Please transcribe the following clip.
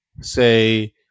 say